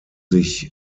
sich